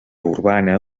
urbana